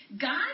God